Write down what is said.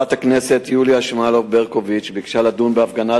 חברת הכנסת יוליה שמאלוב-ברקוביץ ביקשה לדון בהפגנת